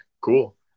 cool